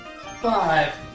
Five